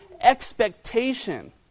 expectation